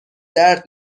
درد